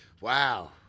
Wow